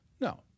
No